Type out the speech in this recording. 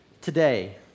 today